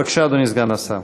בבקשה, אדוני סגן השר.